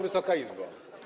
Wysoka Izbo!